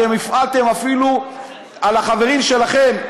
אתם הפעלתם אפילו על החברים שלכם,